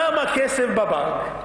שם הכסף בבנק.